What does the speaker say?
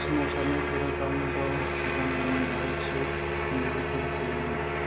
सोमावसारनायफोरा गावनो गाव जानायमोन आरो थि खुंगिरिफोर गैयामोन